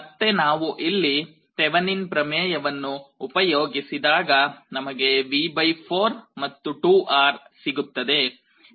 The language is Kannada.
ಮತ್ತೆ ನಾವು ಇಲ್ಲಿ ತೆವೆನಿನ್ ಪ್ರಮೇಯವನ್ನು ಉಪಯೋಗಿಸಿದಾಗ ನಮಗೆ V4 ಮತ್ತು 2R ಸಿಗುತ್ತದೆ